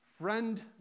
friend